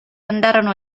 andarono